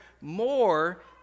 more